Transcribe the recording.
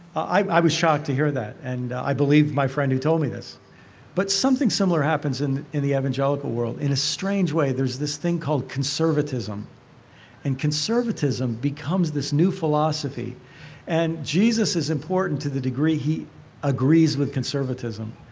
i was shocked to hear that and i believed my friend who told me this but something similar happens in in the evangelical world. in a strange way, there's this thing called conservatism and conservatism becomes this new philosophy and jesus is important to the degree he agrees with conservatism.